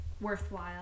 worthwhile